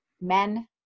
men